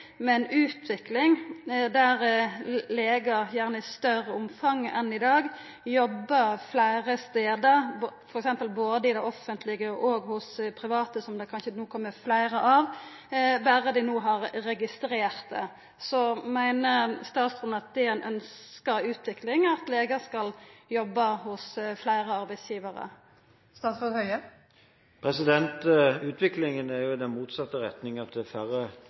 med ei utvikling der legar gjerne i større omfang enn i dag jobbar fleire stader, f.eks. både i det offentlege og hos private, som det kanskje no kjem fleire av, berre dei har registrert det. Meiner statsråden at det er ei ønskt utvikling at legar skal jobba hos fleire arbeidsgivarar? Utviklingen går jo i motsatt retning, at det er færre